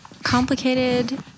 Complicated